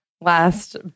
last